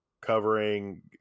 covering